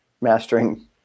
mastering